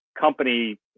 company